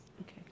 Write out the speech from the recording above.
Okay